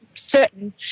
certain